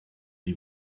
die